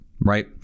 right